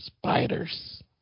Spiders